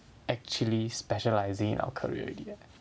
actually specialising in our career already eh